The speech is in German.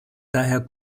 daher